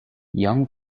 young